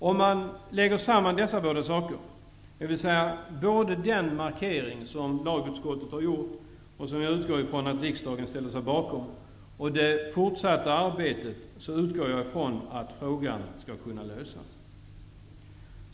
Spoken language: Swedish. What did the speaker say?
Om man lägger samman den markering som lagutskottet har gjort -- som jag utgår ifrån att riksdagen ställer sig bakom -- och det fortsatta arbetet, anser jag att frågan skall kunna lösas.